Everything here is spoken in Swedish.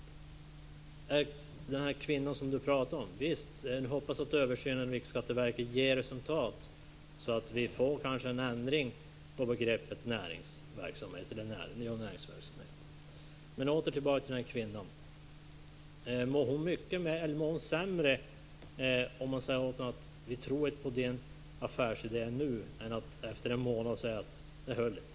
Visst hoppas jag när det gäller den här kvinnan som Holger Gustafsson pratade om att Riksskatteverkets översyn ger resultat så att vi kanske får en ändring av begreppet näringsverksamhet. Men mår den här kvinnan sämre om vi nu säger att vi inte tror på hennes affärsidé än om vi om en månad säger: Det höll inte?